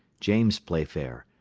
james playfair,